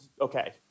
okay